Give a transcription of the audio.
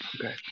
Okay